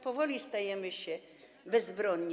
Powoli stajemy się bezbronni.